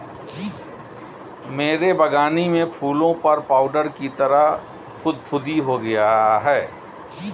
मेरे बगानी में फूलों पर पाउडर की तरह फुफुदी हो गया हैं